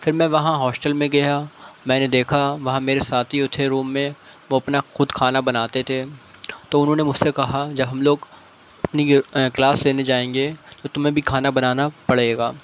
پھر میں وہاں ہاسٹل میں گیا میں نے دیکھا وہاں میرے ساتھی جو تھے روم میں وہ اپنا خود کھانا بناتے تھے تو انہوں نے مجھ سے کہا جب ہم لوگ کلاس لینے جائیں گے تو تمہیں بھی کھانا بنانا پڑے گا